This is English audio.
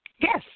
Yes